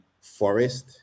Forest